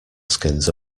skins